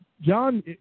John